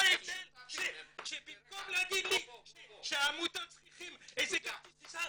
מה ההבדל שבמקום להגיד לי שהעמותות צריכות כרטיס טיסה,